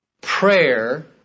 prayer